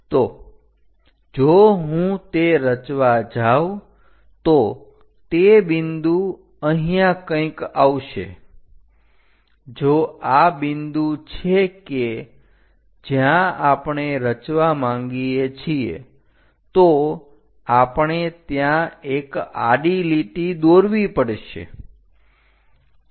તો જો હું તે રચવા જાવ તો તે બિંદુ અહીંયા કંઈક આવશે જો આ બિંદુ છે કે જ્યાં આપણે રચવા માંગીએ છીએ તો આપણે ત્યાં એક આડી લીટી દોરવી પડશે